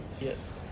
Yes